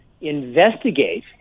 investigate